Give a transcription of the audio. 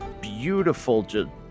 beautiful